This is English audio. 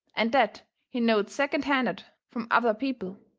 and that he knowed second-handed from other people.